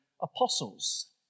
apostles